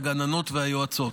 הגננות והיועצות.